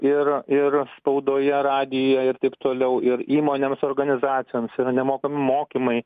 ir ir spaudoje radijuje ir taip toliau ir įmonėms organizacijoms yra nemokami mokymai